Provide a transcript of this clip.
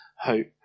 hope